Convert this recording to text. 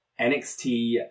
NXT